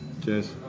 Cheers